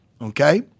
okay